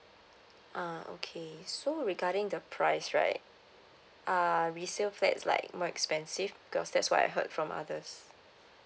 ah okay so regarding the price right uh resale flats like more expensive because that's what I heard from others